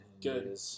Good